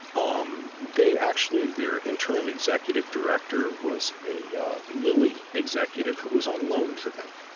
um they actually their interim executive director was a lilly executive who was on loan to them.